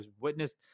witnessed